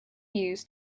views